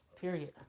Period